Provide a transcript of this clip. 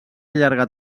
llarga